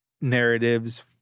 narratives